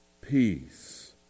peace